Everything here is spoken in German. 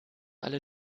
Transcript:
alle